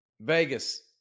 Vegas